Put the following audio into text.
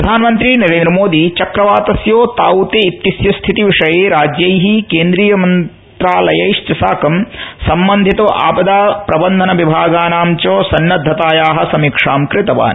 प्रधानमंत्री नरेन्द्र मोदी चक्रवातस्य ताऊते इत्यस्य स्थिति विषये राज्यैः केन्द्रीय मंत्रालयैश्च साकं संबंधित आपदा प्रबंधन विभागानां च सन्नद्धताया समीक्षां कृतवान्